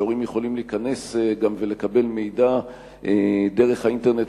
שההורים יכולים גם להיכנס ולקבל מידע דרך האינטרנט,